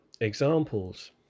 examples